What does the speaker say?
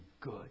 good